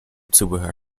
zubehör